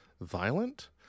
violent